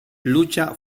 lucha